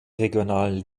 regionalen